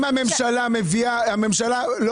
אם הממשלה לא